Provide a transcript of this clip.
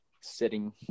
sitting